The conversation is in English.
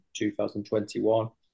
2021